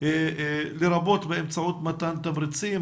לרבות באמצעות מתן תמריצים,